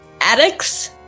addicts